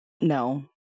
no